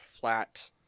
flat